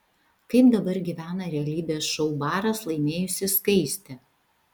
kaip dabar gyvena realybės šou baras laimėjusi skaistė